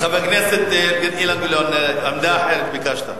חבר הכנסת אילן גילאון, עמדה אחרת ביקשת.